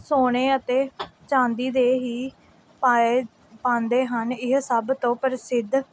ਸੋਨੇ ਅਤੇ ਚਾਂਦੀ ਦੇ ਹੀ ਪਾਏ ਪਾਉਂਦੇ ਹਨ ਇਹ ਸਭ ਤੋਂ ਪ੍ਰਸਿੱਧ